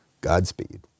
Godspeed